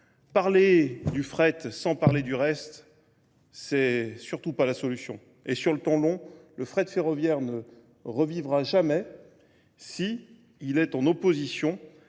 Parler du fret sans parler du reste, c'est surtout pas la solution. Et sur le temps long, le fret ferroviaire ne revivra jamais s'il est en opposition